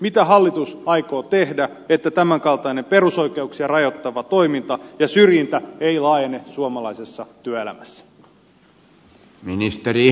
mitä hallitus aikoo tehdä että tämän kaltainen perusoikeuksia rajoittava toiminta ja syrjintä ei laajene suomalaisessa työelämässä